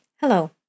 Hello